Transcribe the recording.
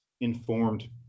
informed